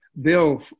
bill